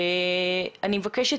אני מבקשת